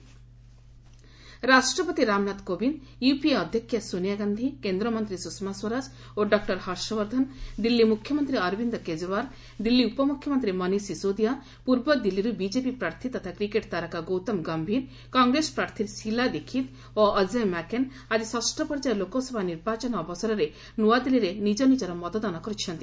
Delhi votes ରାଷ୍ଟ୍ରପତି Ramnath Kovind UPA ଅଧ୍ୟକ୍ଷା ସୋନିଆ ଗାନ୍ଧି କେନ୍ଦ୍ରମନ୍ତ୍ରୀ ସୁଷମା ସ୍ୱରାଜ ଓ ଡକ୍ଟର ହର୍ଷବର୍ଦ୍ଧନ ଦିଲ୍ଲୀ ମୁଖ୍ୟମନ୍ତ୍ରୀ ଅରବିନ୍ଦ୍ କେଜରିଓ୍ୱାଲ୍ ଦିଲ୍ଲୀ ଉପମୁଖ୍ୟମନ୍ତ୍ରୀ ମନୀଷ୍ ଶିସୋଦିଆ ପୂର୍ବ ଦିଲ୍ଲୀରୁ ବିକେପି ପ୍ରାର୍ଥୀ ତଥା କ୍ରିକେଟ୍ ତାରକା ଗୌତମ ଗୟୀର କଂଗ୍ରେସ ପ୍ରାର୍ଥୀ ଶିଲା ଦୀକ୍ଷିତ୍ ଓ ଅଜୟ ମାକେନ୍ ଆଜି ଷଷ୍ଠ ପର୍ଯ୍ୟାୟ ଲୋକସଭା ନିର୍ବାଚନ ଅବସରରେ ନୂଆଦିଲ୍ଲୀରେ ନିଜ ନିକର ମତଦାନ କରିଛନ୍ତି